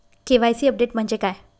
KYC update म्हणजे काय?